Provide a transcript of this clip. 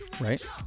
Right